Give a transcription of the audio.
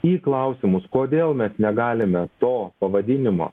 į klausimus kodėl mes negalime to pavadinimo